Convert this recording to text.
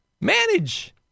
manage